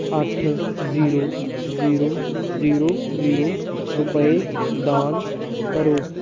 ਅੱਠ zero zero zero zero ਰੁਪਏ ਦਾਨ ਕਰੋ